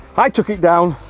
i took it down.